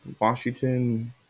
Washington